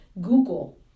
Google